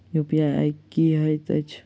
UPI की हएत छई?